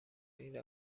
این